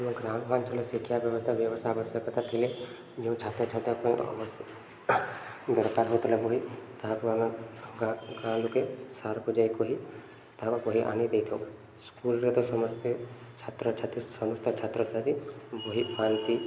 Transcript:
ଆମ ଗ୍ରାମାଞ୍ଚଳରେ ଶିକ୍ଷା ବ୍ୟବସ୍ଥା ବ୍ୟବସ୍ଥା ଆବଶ୍ୟକତା ଥିଲେ ଯେଉଁ ଛାତ୍ରଛାତ୍ରୀ ପାଇଁ ଆବଶ୍ୟ ଦରକାର ହେଉଥିଲା ବହି ତାହାକୁ ଆମେ ଗାଁ ଲୋକେ ସାରକୁ ଯାଇ କହି ତାହାକୁ ବହି ଆଣି ଦେଇଥାଉ ସ୍କୁଲରେ ତ ସମସ୍ତେ ଛାତ୍ରଛାତ୍ରୀ ସମସ୍ତ ଛାତ୍ରଛାତ୍ରୀ ବହି ପାଆନ୍ତି